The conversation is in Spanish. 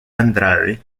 andrade